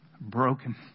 broken